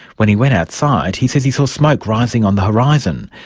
when he went outside he says he saw smoke rising on the horizon.